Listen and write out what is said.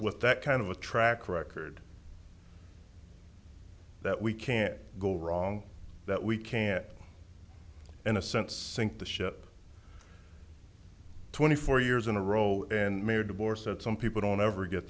with that kind of a track record that we can't go wrong that we can't in a sense sink the ship twenty four years in a row and may or divorce that some people don't ever get